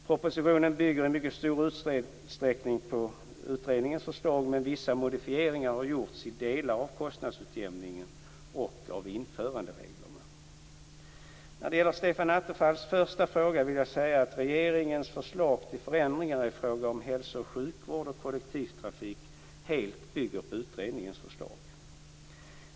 Propositionen bygger i mycket stor utsträckning på utredningens förslag, men vissa modifieringar har gjorts i delar av kostnadsutjämningen och av införandereglerna. När det gäller Stefan Attefalls första fråga vill jag säga att regeringens förslag till förändringar i fråga om hälso och sjukvård och kollektivtrafik helt bygger på utredningens förslag.